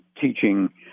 teaching